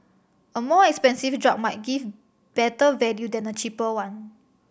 a more expensive drug might give better value than a cheaper one